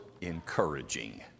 encouraging